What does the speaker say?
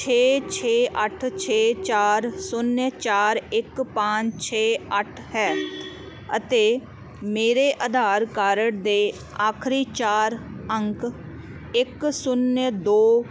ਛੇ ਛੇ ਅੱਠ ਛੇ ਚਾਰ ਸੁਨੇ ਚਾਰ ਇੱਕ ਪੰਜ ਛੇ ਅੱਠ ਹੈ ਅਤੇ ਮੇਰੇ ਆਧਾਰ ਕਾਰਡ ਦੇ ਆਖਰੀ ਚਾਰ ਅੰਕ ਇੱਕ ਸੁੰਨੇ ਦੋ